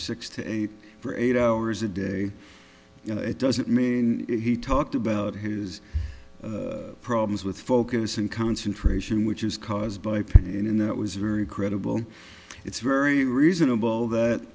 six to eight for eight hours a day you know it doesn't mean he talked about his problems with focus and concentration which is caused by pain and in that was very credible it's very reasonable that